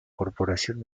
corporación